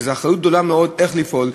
וזו אחריות גדולה מאוד איך לפעול,